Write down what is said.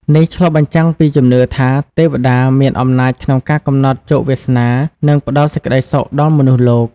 នេះឆ្លុះបញ្ចាំងពីជំនឿថា ទេពតាមានអំណាចក្នុងការកំណត់ជោគវាសនា និងផ្តល់សេចក្តីសុខដល់មនុស្សលោក។